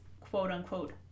quote-unquote